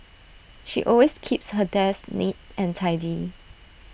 she always keeps her desk neat and tidy